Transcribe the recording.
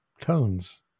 tones